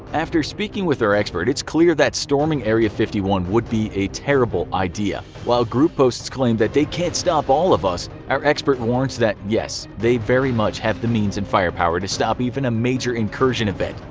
after speaking with our expert it's clear that storming area fifty one would be a terrible idea. while group posts claim that they can't stop all of us, our expert warns that yes, they very much have the means and firepower to stop even a major incursion event,